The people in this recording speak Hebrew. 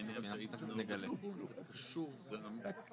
מצד שני, הוא יכול מאוד מאוד להגביל